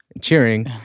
cheering